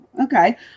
okay